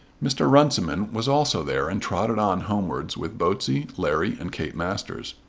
mr. runciman was also there and trotted on homewards with botsey, larry, and kate masters.